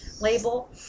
label